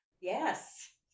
Yes